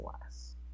less